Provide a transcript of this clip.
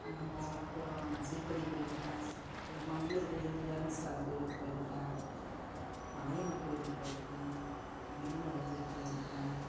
அங்கே போனோம் கோ திருப்பதி போயிருக்கேன் இந்த மங்களுர்க்கு கோயிலுக்குப் போயிருக்கேன் மலையனூர் கோயிலுக்கு போயிருக்கேன் மேல்மருவத்தூருக்குப் போயிருக்கேன்